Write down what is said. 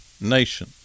nation